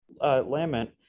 lament